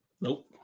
Nope